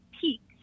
peaks